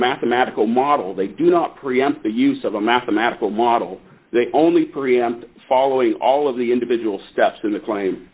mathematical model they do not preempt the use of a mathematical model they only preempt following all of the individual steps in the claim